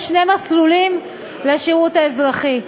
יש שני מסלולים לשירות האזרחי: